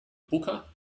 booker